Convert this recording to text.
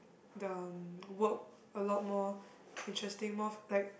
the work a lot more interesting more of like